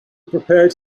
prepared